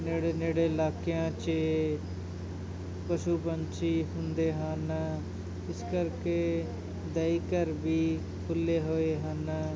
ਨੇੜੇ ਨੇੜੇ ਇਲਾਕਿਆਂ 'ਚ ਪਸ਼ੂ ਪੰਛੀ ਹੁੰਦੇ ਹਨ ਇਸ ਕਰਕੇ ਦਈ ਘਰ ਵੀ ਖੁੱਲੇ ਹੋਏ ਹਨ